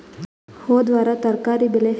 ಹೊದ ವಾರ ತರಕಾರಿ ಬೆಲೆ ಹೆಚ್ಚಾಗಿತ್ತೇನ?